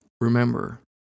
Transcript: remember